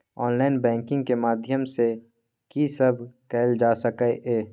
Online banking के माध्यम सं की सब कैल जा सके ये?